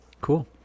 Cool